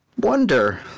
wonder